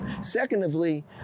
Secondly